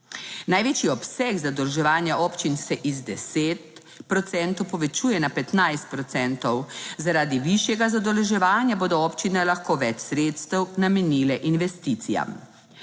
Največji obseg zadolževanja občin se iz 10 procentov povečuje na 15 procentov. Zaradi višjega zadolževanja bodo občine lahko več sredstev namenile investicijam.